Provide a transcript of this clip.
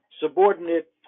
subordinate